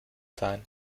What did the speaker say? sein